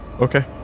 okay